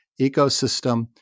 ecosystem